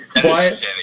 Quiet